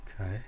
Okay